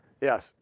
yes